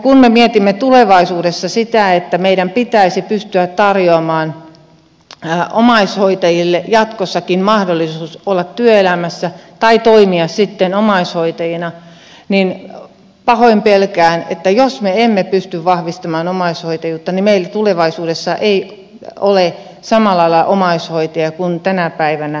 kun me mietimme tulevaisuudessa sitä että meidän pitäisi pystyä tarjoamaan omaishoitajille jatkossakin mahdollisuus olla työelämässä tai toimia omaishoitajana niin pahoin pelkään että jos me emme pysty vahvistamaan omaishoitajuutta meillä tulevaisuudessa ei ole samalla lailla omaishoitajia kuin tänä päivänä meillä on